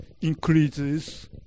increases